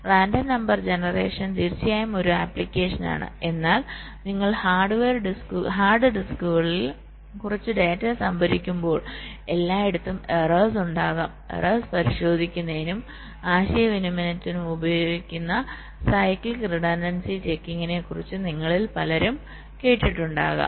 random number generation തീർച്ചയായും ഒരു application ആണ് എന്നാൽ നിങ്ങൾ ഹാർഡ് ഡിസ്കുകളിൽ കുറച്ച് ഡാറ്റ സംഭരിക്കുമ്പോൾ എല്ലായിടത്തും എറർസ് ഉണ്ടാകാം എറർസ് പരിശോധിക്കുന്നതിനും ആശയവിനിമയത്തിനും ഉപയോഗിക്കുന്ന സൈക്ലിക് റിഡൻഡൻസി ചെക്കിങ്ങിനെ ക്കുറിച്ച് നിങ്ങളിൽ പലരും കേട്ടിട്ടുണ്ടാകും